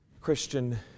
Christian